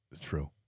true